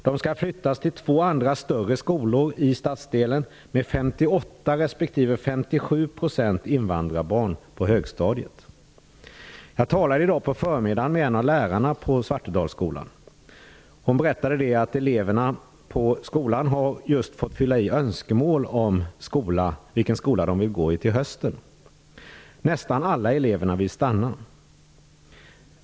De skall flyttas till två andra större skolor i stadsdelen med 58 % respektive 57 % Jag talade i dag på förmiddagen med en av lärarna på Svartedalsskolan. Hon berättade att eleverna på skolan just har fått fylla i önskemål om vilken skola de vill gå i till hösten. Nästan alla elever vill stanna.